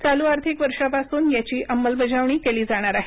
चालू आर्थिक वर्षापासून याची अंमलबजावणी केली जाणार आहे